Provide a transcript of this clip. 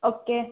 okay